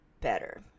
better